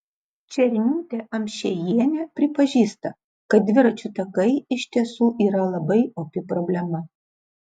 černiūtė amšiejienė pripažįsta kad dviračių takai iš tiesų yra labai opi problema